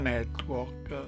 Network